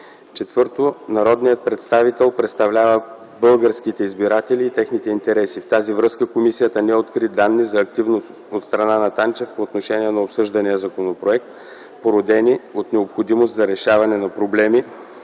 Четвърто, народният представител представлява българските избиратели и техните интереси. В тази връзка комисията не откри данни за активност от страна на Танчев по отношение на обсъждания законопроект, породени от необходимост за решаване на проблеми